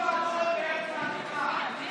יש